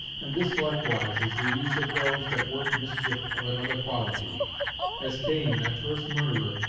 and this likewise is the use of those that work mischief of another quality as cain, that first murderer,